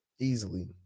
Easily